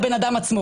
לבן אדם עצמו